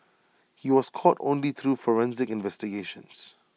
he was caught only through forensic investigations